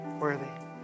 worthy